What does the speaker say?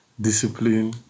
discipline